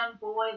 Boy